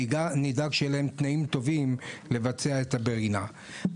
נדאג שיהיו להם תנאים טובים לבצע את ה"ברינה".